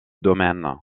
domaine